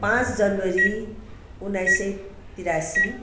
पाँच जनवरी उन्नाइस सय त्रियासी